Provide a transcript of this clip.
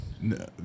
No